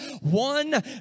one